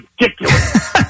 ridiculous